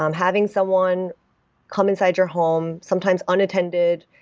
um having someone come inside your home, sometimes unattended,